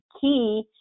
key